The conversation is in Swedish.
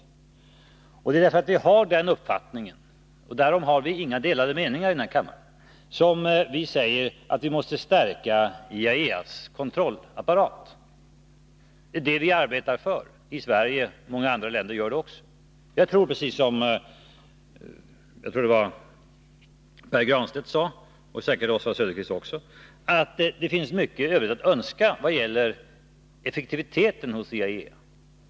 Det är därför att de har denna uppfattning — och på den punkten har vi inga delade meningar i den här kammaren — som vi säger att vi måste stärka ITAEA:s kontrollapparat. Det är det vi arbetar för i Sverige, och många andra länder gör det också. Jag tror precis som Pär Granstedt sade — och Oswald Söderqvist anser det säkert också — att det finns mycket övrigt att önska vad det gäller effektiviteten hos IAEA.